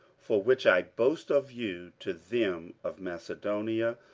for which i boast of you to them of macedonia,